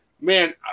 Man